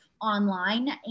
online